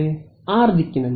r ದಿಕ್ಕಿನಲ್ಲಿ